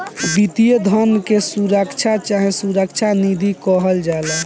वित्तीय धन के सुरक्षा चाहे सुरक्षा निधि कहल जाला